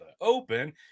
open